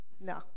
no